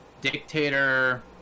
Dictator